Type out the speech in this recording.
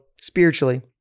spiritually